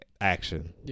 action